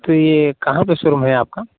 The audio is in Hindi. तो यह कहाँ पर शोरूम है आपका